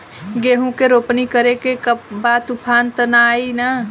गेहूं के रोपनी करे के बा तूफान त ना आई न?